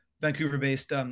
Vancouver-based